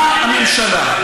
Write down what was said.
מה זה,